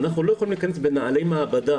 אנחנו לא יכולים להיכנס בנעלי מעבדה,